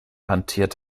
hantiert